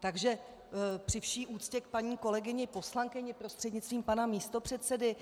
Takže při vší úctě k paní kolegyni poslankyni prostřednictvím pana místopředsedy,